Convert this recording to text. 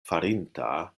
farinta